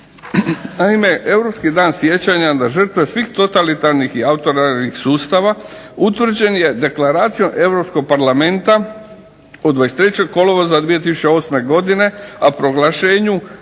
Naime, europski Dan sjećanja na žrtve svih totalitarnih i autoritarnih sustava utvrđen je Deklaracijom Europskog parlamenta od 23. kolovoza 2008. godine, a proglašenju